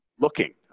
looking